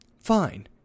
fine